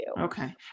Okay